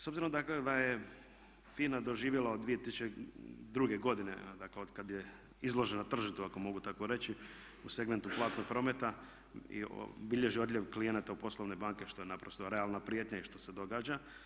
S obzirom dakle da je FINA doživjela od 2002. godine, dakle otkad je izložena tržištu ako mogu tako reći u segmentu platnog prometa i bilježi odljev klijenata u poslovne banke što je naprosto realna prijetnja i što se događa.